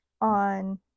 on